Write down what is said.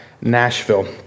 Nashville